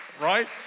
Right